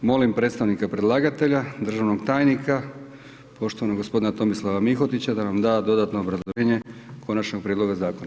Molim predstavnika predlagatelja državnog tajnika poštovanog gospodina Tomislava Mihotića da nam da dodatno obrazloženje konačnog prijedloga zakona.